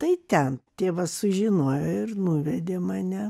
tai ten tėvas sužinojo ir nuvedė mane